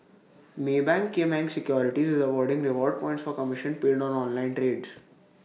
maybank Kim Eng securities is awarding reward points for commission paid on online trades